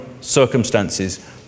circumstances